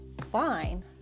Fine